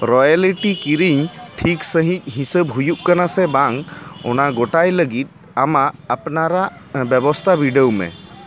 royalty ᱠᱤᱨᱤᱧ ᱴᱷᱤᱠ ᱥᱟᱹᱦᱤᱡᱽ ᱦᱤᱥᱟᱹᱵᱽ ᱦᱩᱭᱩᱜ ᱠᱟᱱᱟ ᱥᱮ ᱵᱟᱝ ᱚᱱᱟ ᱜᱚᱴᱟᱭ ᱞᱟᱹᱜᱤᱫ ᱟᱢᱟᱜ ᱟᱯᱱᱟᱨᱟᱜ ᱵᱮᱵᱚᱥᱟᱛᱟ ᱵᱤᱰᱟᱹᱣ ᱢᱮ